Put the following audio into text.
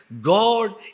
God